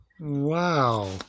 Wow